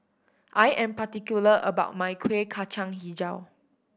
I am particular about my Kueh Kacang Hijau